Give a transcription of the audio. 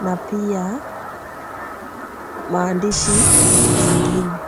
na pia maandishi zingine.